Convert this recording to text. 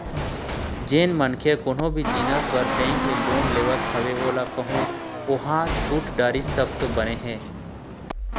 जेन मनखे कोनो भी जिनिस बर बेंक ले लोन लेवत हवय ओला कहूँ ओहा छूट डरिस तब तो बने हे